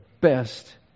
best